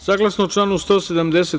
Saglasno članu 170.